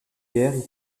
guerres